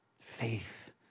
Faith